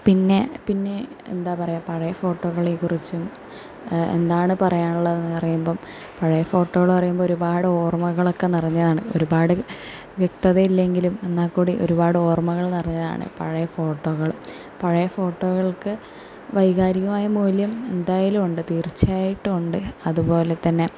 പിന്നെ പിന്നെ എന്താണ് പറയുക പഴയ ഫോട്ടോകളെ കുറിച്ചും എന്താണ് പറയാനുള്ളതെന്ന് പറയുമ്പോൾ പഴയ ഫോട്ടോകൾ പറയുമ്പോൾ ഒരുപാട് ഓർമ്മകൾ ഒക്കെ നിറഞ്ഞതാണ് ഒരുപാട് വ്യക്തതയില്ലെങ്കിലും എന്നാൽ കൂടി ഒരുപാട് ഓർമ്മകൾ നിറഞ്ഞതാണ് പഴയ ഫോട്ടോകൾ പഴയ ഫോട്ടോകൾക്ക് വൈകാരികമായ മൂല്യം എന്തായാലും ഉണ്ട് തീർച്ചയായിട്ടും ഉണ്ട് അതുപോലെ തന്നെ